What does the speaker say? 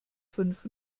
fünf